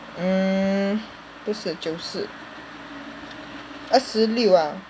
mm 不是九四二十六 ah